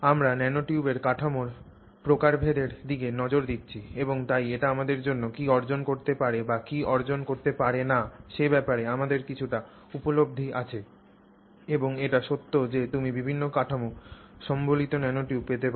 আমরা ন্যানোটিউবের কাঠামোর প্রকারভেদের দিকে নজর দিচ্ছি এবং তাই এটি আমাদের জন্য কি অর্জন করতে পারে বা কি অর্জন করতে পারে না সে ব্যাপারে আমাদের কিছুটা উপলব্ধি আছে এবং এটি সত্য যে তুমি বিভিন্ন কাঠামো সম্বলিত ন্যানোটিউব পেতে পার